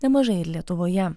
nemažai ir lietuvoje